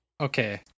Okay